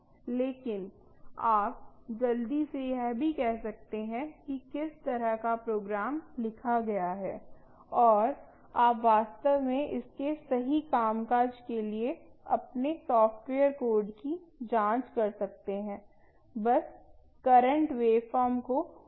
लेकिन आप जल्दी से यह भी कह सकते हैं कि किस तरह का प्रोग्राम लिखा गया है और आप वास्तव में इसके सही कामकाज के लिए अपने सॉफ्टवेयर कोड की जांच कर सकते हैं बस करंट वेवफॉर्म को देखकर